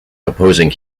opposing